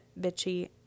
bitchy